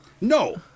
No